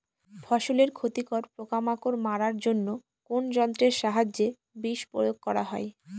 ফসলের ক্ষতিকর পোকামাকড় মারার জন্য কোন যন্ত্রের সাহায্যে বিষ প্রয়োগ করা হয়?